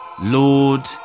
Lord